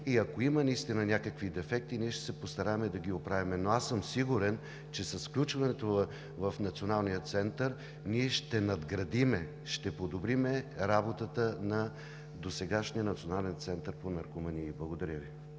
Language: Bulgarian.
– ако има наистина някакви дефекти, ние ще се постараем да ги оправим. Но аз съм сигурен, че с включването в Националния център ние ще надградим, ще подобрим работата на досегашния Национален център по наркомании. Благодаря Ви.